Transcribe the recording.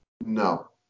No